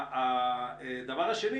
שנית,